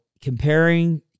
comparing